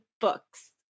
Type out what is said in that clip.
books